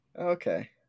Okay